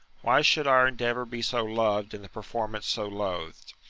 why should our endeavour be so lov'd, and the performance so loathed?